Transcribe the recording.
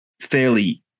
fairly